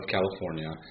California